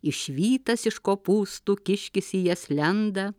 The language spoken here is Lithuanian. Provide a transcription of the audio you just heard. išvytas iš kopūstų kiškis į jas lenda